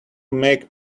makes